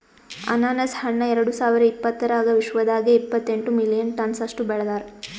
ಅನಾನಸ್ ಹಣ್ಣ ಎರಡು ಸಾವಿರ ಇಪ್ಪತ್ತರಾಗ ವಿಶ್ವದಾಗೆ ಇಪ್ಪತ್ತೆಂಟು ಮಿಲಿಯನ್ ಟನ್ಸ್ ಅಷ್ಟು ಬೆಳದಾರ್